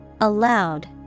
Allowed